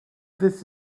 this